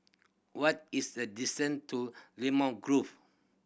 what is the distance to Limau Grove